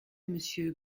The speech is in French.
monsieur